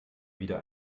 wieder